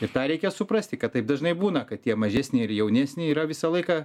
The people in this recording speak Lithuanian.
ir tą reikia suprasti kad taip dažnai būna kad tie mažesni ir jaunesni yra visą laiką